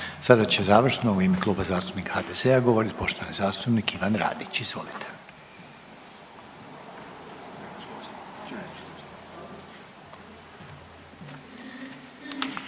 Sada će završno u ime Kluba zastupnika HDZ-a govoriti poštovani zastupnik Ivan Radić. Izvolite.